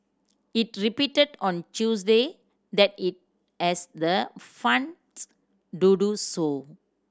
it repeated on Tuesday that it has the funds to do so